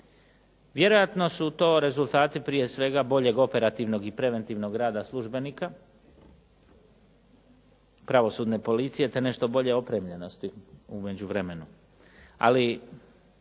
Vjerojatno su to rezultati prije svega boljeg operativnog i preventivnog rada službenika pravosudne policije, te nešto bolje opremljenosti u međuvremenu.